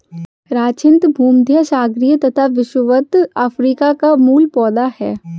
hyacinth भूमध्यसागरीय तथा विषुवत अफ्रीका का मूल पौधा है